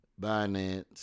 Binance